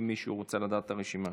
אם מישהו רוצה לדעת את הרשימה.